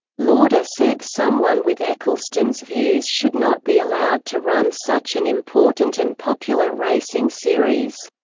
lauder said someone with ecclestone's views should not be allowed to run such an important and popular racing series.